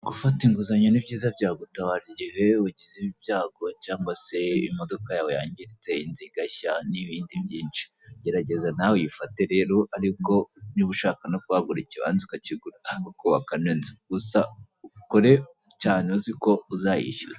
Gufata inguzanyo ni byiza byagutabara, igihe wagize ibyago cyangwa se imodoka yawe yangiritse inzu igashya n'ibindi byinshi, gerageza nawe uyifate rero ariko niba ushaka no kuhagura ikibanza ukakigura ukubaka n'inzu, gusa ukore cyane uziko uzayishyura.